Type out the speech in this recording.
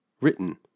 written